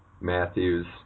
Matthews